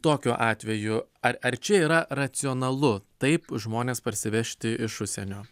tokiu atveju ar ar čia yra racionalu taip žmones parsivežti iš užsienio